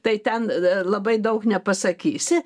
tai ten labai daug nepasakysi